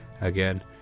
again